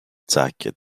jacket